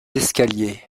escaliers